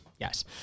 Yes